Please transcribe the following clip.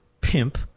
pimp